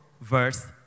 verse